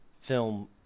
film